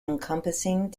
encompassing